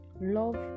love